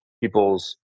people's